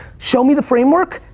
show me the framework,